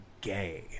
gay